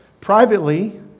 Privately